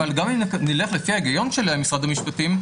אבל גם אם נלך לפי ההיגיון של משרד המשפטים,